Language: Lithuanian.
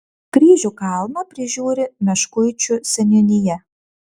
kryžių kalną prižiūri meškuičių seniūnija